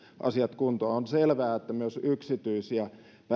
asiat kuntoon on selvää että myös yksityisiä